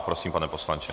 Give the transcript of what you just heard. Prosím, pane poslanče.